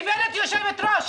גברת יושבת ראש,